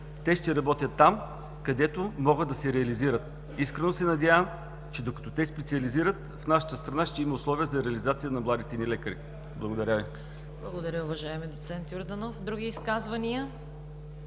Те ще работят там, където могат да се реализират. Искрено се надявам, че докато те специализират, в нашата страна ще има условия за реализация на младите ни лекари. Благодаря Ви. ПРЕДСЕДАТЕЛ ЦВЕТА КАРАЯНЧЕВА: Благодаря, уважаеми доцент Йорданов. Други изказвания?